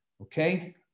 Okay